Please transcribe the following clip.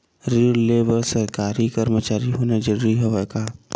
ऋण ले बर सरकारी कर्मचारी होना जरूरी हवय का?